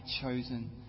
chosen